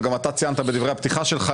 וגם אתה ציינת בדברי הפתיחה שלך,